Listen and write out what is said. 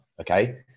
Okay